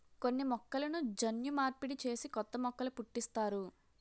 కొన్ని మొక్కలను జన్యు మార్పిడి చేసి కొత్త మొక్కలు పుట్టిస్తారు